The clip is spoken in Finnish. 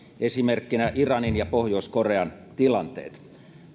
esimerkkinä iranin ja pohjois korean tilanteet